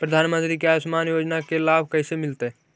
प्रधानमंत्री के आयुषमान योजना के लाभ कैसे मिलतै?